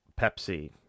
Pepsi